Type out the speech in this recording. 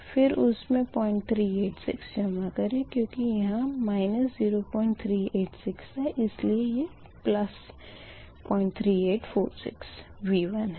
फिर उसमें 0386 जमा करें क्यूँकि यहाँ 0386 था इसलिए ये 03846 V1 है